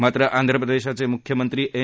मात्र आंध्र प्रदेशचे मुख्यमंत्री एन